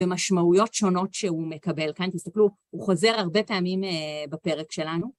במשמעויות שונות שהוא מקבל, כאן תסתכלו, הוא חוזר הרבה טעמים בפרק שלנו.